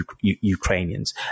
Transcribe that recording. Ukrainians